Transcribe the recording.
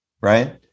Right